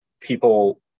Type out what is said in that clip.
people